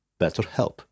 BetterHelp